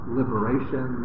liberation